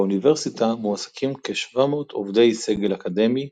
באוניברסיטה מועסקים כ-700 עובדי סגל אקדמי,